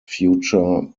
future